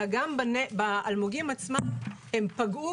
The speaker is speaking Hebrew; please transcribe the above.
אלא גם באלמוגים עצמם הם פגעו.